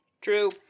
True